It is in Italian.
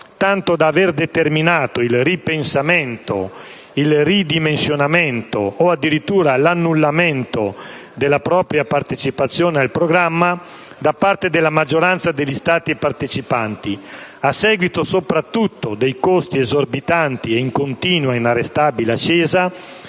tanto da aver determinato il ripensamento, il ridimensionamento o addirittura l'annullamento della propria partecipazione al programma da parte della maggioranza degli Stati partecipanti, a seguito soprattutto dei costi esorbitanti e in continua inarrestabile ascesa,